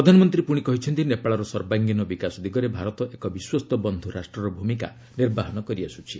ପ୍ରଧାନମନ୍ତ୍ରୀ ପୁଣି କହିଛନ୍ତି ନେପାଳର ସର୍ବାଙ୍ଗିନ ବିକାଶ ଦିଗରେ ଭାରତ ଏକ ବିଶ୍ୱସ୍ତ ବନ୍ଧୁ ରାଷ୍ଟ୍ରର ଭୂମିକା ନିର୍ବାହନ କରିଆସୁଛି